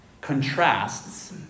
contrasts